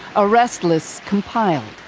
arrest lists, compiled.